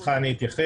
ברשותך אני אתייחס.